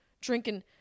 drinking